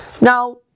Now